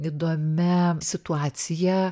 įdomia situacija